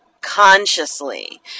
consciously